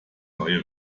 neue